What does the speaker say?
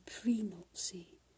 pre-Nazi